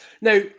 Now